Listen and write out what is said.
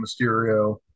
Mysterio